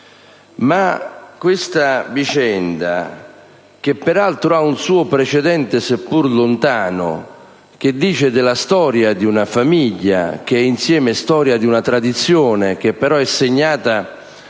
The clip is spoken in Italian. Questa vicenda, che peraltro ha un precedente, seppur lontano, ci parla della storia di una famiglia che è insieme storia di una tradizione, purtroppo segnata